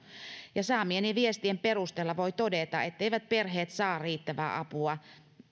saamieni viestien perusteella voi todeta etteivät perheet saa riittävää apua